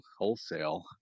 wholesale